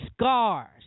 scars